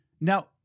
Now